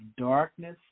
darkness